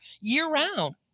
year-round